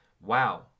Wow